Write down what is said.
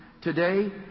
Today